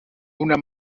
una